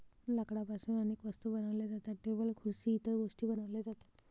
लाकडापासून अनेक वस्तू बनवल्या जातात, टेबल खुर्सी इतर गोष्टीं बनवल्या जातात